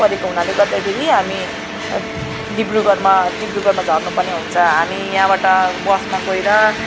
परेको हुनाले गर्दाखेरि हामी डिब्रुगढमा डिब्रुगढमा झर्नु पर्ने हुन्छ हामी यहाँबाट बसमा गएर